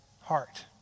heart